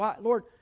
Lord